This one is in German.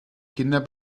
kinder